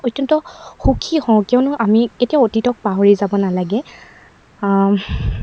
অত্যন্ত সুখী হওঁ কিয়নো আমি কেতিয়াও অতীতক পাহৰি যাব নালাগে